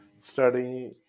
study